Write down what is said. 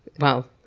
well,